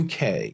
UK